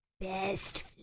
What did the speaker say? Best